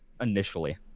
initially